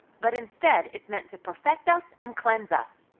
but instead, it's meant to perfect us and cleanse us.